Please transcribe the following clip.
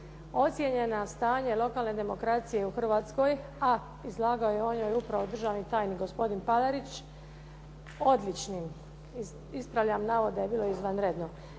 ocijenjena stanje lokalne demokracije u Hrvatskoj, a izlagao je o njoj upravo državni tajnik, gospodin Palarić. Odličnim, ispravljam navod da je bilo izvanredno